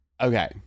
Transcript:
Okay